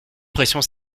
pressions